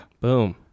Boom